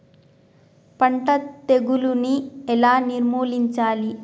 పంట తెగులుని ఎలా నిర్మూలించాలి?